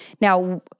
Now